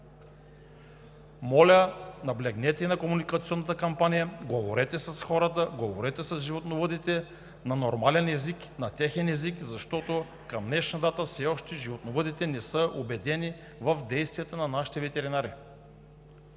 Моля, наблегнете на комуникационната кампания, говорете с хората, говорете с животновъдите на нормален език, на техен език, защото към днешна дата все още животновъдите не са убедени в действията на нашите ветеринари.